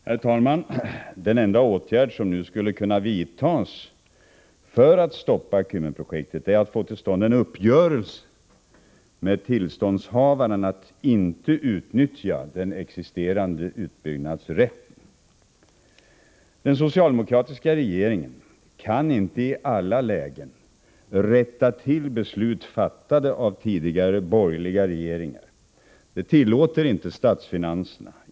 Herr talman! Det enda som nu skulle kunna stoppa Kymmenprojektet är att få till stånd en uppgörelse med tillståndshavaren att inte utnyttja den existerande utbyggnadsrätten. Den socialdemokratiska regeringen kan inte i alla lägen rätta till beslut, fattade av tidigare borgerliga regeringar — det tillåter inte statsfinanserna.